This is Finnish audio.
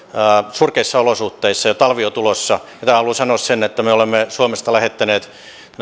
surkeissa olosuhteissa ja talvi on tulossa ja tähän haluan sanoa sen että me me olemme suomesta lähettäneet